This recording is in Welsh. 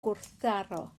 gwrthdaro